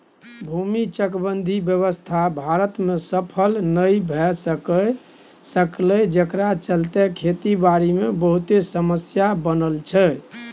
भूमि चकबंदी व्यवस्था भारत में सफल नइ भए सकलै जकरा चलते खेती बारी मे बहुते समस्या बनल छै